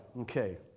Okay